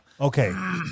Okay